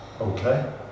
okay